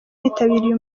bitabiriye